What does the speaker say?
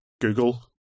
google